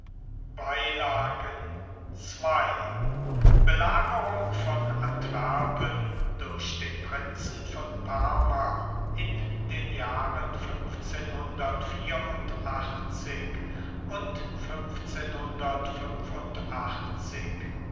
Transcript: ii belagerung von antwerpen durch den prinzen von parma in den jahren und